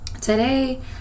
today